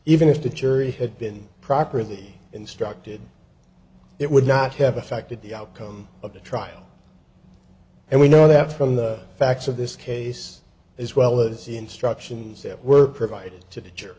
even if the jury had been properly instructed it would not have affected the outcome of the trial and we know that from the facts of this case as well as the instructions that were provided to t